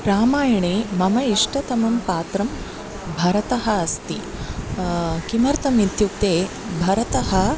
रामायणे मम इष्टतमं पात्रं भरतः अस्ति किमर्थमित्युक्ते भरतः